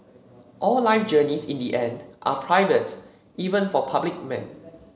all life journeys in the end are private even for public men